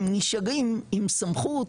הם נשארים עם סמכות,